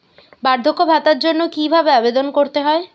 বার্ধক্য ভাতার জন্য কিভাবে আবেদন করতে হয়?